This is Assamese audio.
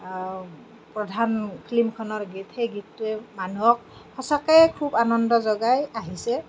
প্ৰধান ফিল্মখনৰ গীত সেই গীতটোৱে মানুহক সচাঁকে খুব আনন্দ জগাই আহিছে